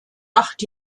acht